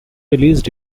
released